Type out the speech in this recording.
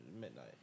midnight